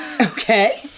okay